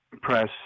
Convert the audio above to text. Press